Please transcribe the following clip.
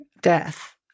death